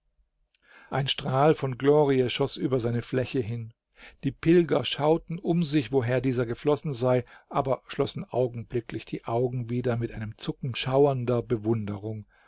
ein strahl von glorie schoß über seine fläche hin die pilger schauten um sich woher dieser geflossen sei aber schlossen augenblicklich die augen wieder mit einem zucken schauernder bewunderung